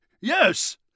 Yes